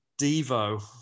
Devo